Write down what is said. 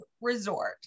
resort